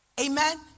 amen